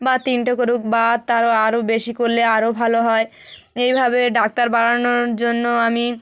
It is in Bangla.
বা তিনটে করুক বা তারও আরও বেশি করলে আরও ভালো হয় এইভাবে ডাক্তার বাড়ানোর জন্য আমি